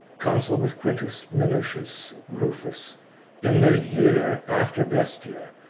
consul with quintus minucius rufus in the year after bestia,